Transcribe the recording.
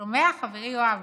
שומע, חברי יואב?